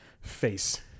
face